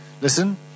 Listen